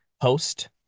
host